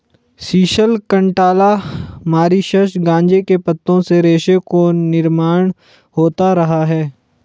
sisal, cantala, Mauritius गांजे के पत्तों से रेशों का निर्माण होता रहा है